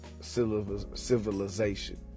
civilization